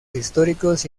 históricos